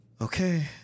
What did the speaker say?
Okay